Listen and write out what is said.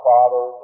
Father